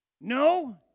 No